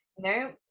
No